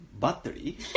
Battery